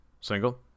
Single